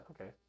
okay